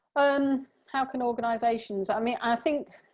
um how can organisations, i mean, i think